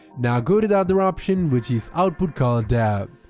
now go to the other option which is output color depth,